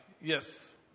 Yes